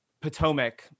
Potomac